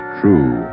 true